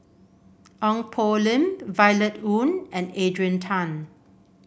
Ong Poh Lim Violet Oon and Adrian Tan